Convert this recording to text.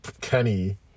Kenny